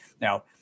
Now